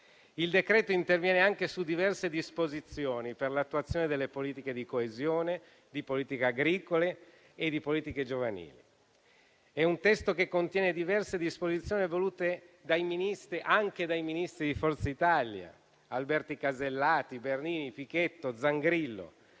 in discussione interviene anche su diverse disposizioni per l'attuazione delle politiche di coesione, delle politiche agricole e delle politiche giovanili. È un testo che contiene diverse disposizioni volute anche dai ministri di Forza Italia Alberti Casellati, Bernini, Pichetto Fratin e Zangrillo,